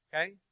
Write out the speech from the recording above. Okay